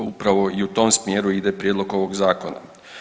Upravo i u tom smjeru ide prijedlog ovog zakona.